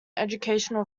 educational